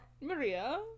Maria